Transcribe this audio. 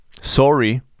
sorry